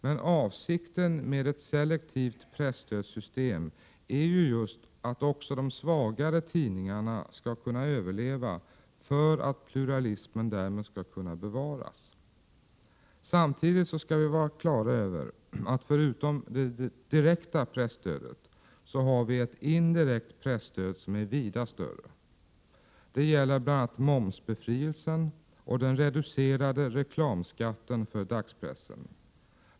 Men avsikten med ett selektivt presstödssystem är ju just att också de svagare tidningarna skall kunna överleva för att pluralismen därmed skall kunna bevaras. Samtidigt skall vi vara klara över att vi förutom det direkta presstödet har ett indirekt presstöd som är vida större. Det gäller bl.a. momsbefrielsen och den reducerade reklamskatten för dagspressen.